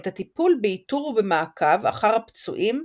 את הטיפול באיתור ובמעקב אחר הפצועים,